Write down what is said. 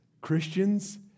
Christians